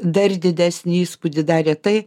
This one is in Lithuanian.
dar didesnį įspūdį darė tai